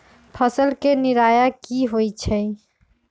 फसल के निराया की होइ छई?